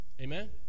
Amen